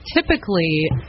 Typically